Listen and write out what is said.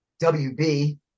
WB